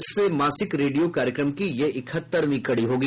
इस मासिक रेडियो कार्यक्रम की यह इकहत्तरवीं कड़ी होगी